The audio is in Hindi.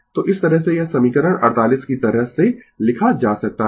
तो इस तरह से यह समीकरण 48 इस तरह से लिखा जा सकता है